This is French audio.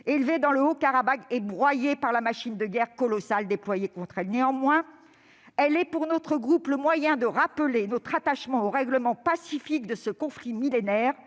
élevée dans le Haut-Karabagh et broyée par la machine de guerre colossale déployée contre elle. Néanmoins, elle est pour notre groupe le moyen de rappeler notre attachement au règlement pacifique de ce conflit millénaire.